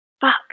Fuck